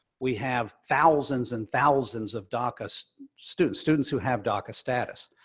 we have thousands and thousands of daca so students. students who have daca status,